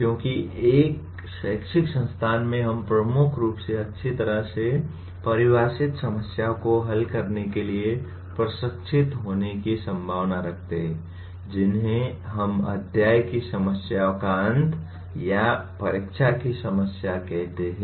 क्योंकि एक शैक्षिक संस्थान में हम प्रमुख रूप से अच्छी तरह से परिभाषित समस्याओं को हल करने के लिए प्रशिक्षित होने की संभावना रखते हैं जिन्हें हम अध्याय की समस्याओं का अंत या परीक्षा की समस्या कहते हैं